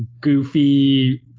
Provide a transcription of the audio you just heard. goofy